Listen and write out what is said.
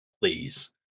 please